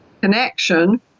connection